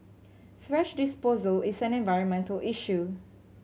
thrash disposal is an environmental issue